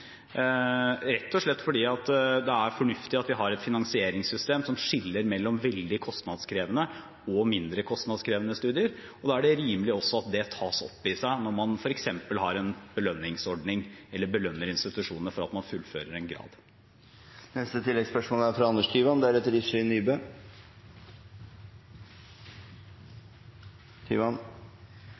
rett og slett fordi det er fornuftig at vi har et finansieringssystem som skiller mellom veldig kostnadskrevende og mindre kostnadskrevende studier. Da er det også rimelig at det tar opp i seg det når man f.eks. har en belønningsordning eller belønner institusjonene for at man fullfører en grad.